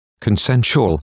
consensual